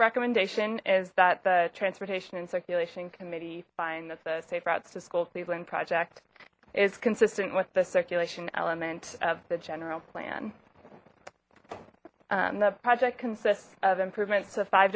recommendation is that the transportation and circulation committee find that the safe routes to school cleveland project is consistent with the circulation element of the general plan the project consists of improvements to five